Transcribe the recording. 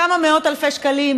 כמה מאות אלפי שקלים,